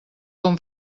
com